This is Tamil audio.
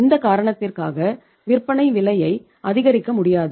இந்த காரணத்திற்காக விற்பனை விலையை அதிகரிக்க முடியாது